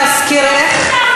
להזכירך,